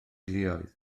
theuluoedd